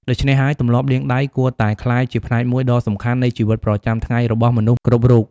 ដូច្នេះហើយ ទម្លាប់លាងដៃគួរតែក្លាយជាផ្នែកមួយដ៏សំខាន់នៃជីវិតប្រចាំថ្ងៃរបស់មនុស្សគ្រប់រូប។